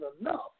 enough